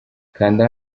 kanda